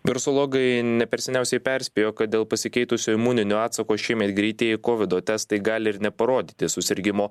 virusologai ne per seniausiai perspėjo kad dėl pasikeitusio imuninio atsako šiemet greitieji kovido testai gali ir neparodyti susirgimo